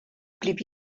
blieb